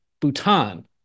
Bhutan